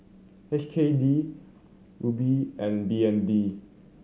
H K D Ruble and B N D